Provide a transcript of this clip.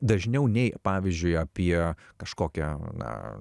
dažniau nei pavyzdžiui apie kažkokią na